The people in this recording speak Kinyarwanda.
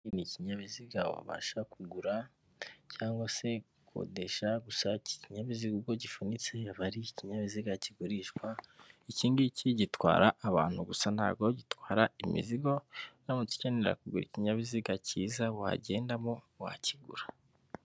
Iki ni ikinyabiziga wabasha kugura cyangwa se gukodesha gusa ikinyabiziga ubwo gifunitse aba ari ikinyabiziga kigurishwa, ikingiki gitwara abantu gusa ntago gitwara imizigo uramutse ukenera ikinyabiziga cyiza wagendamo wakigura.